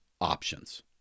options